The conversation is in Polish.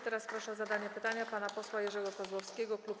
Teraz proszę o zadanie pytania pana posła Jerzego Kozłowskiego, klub Kukiz’15.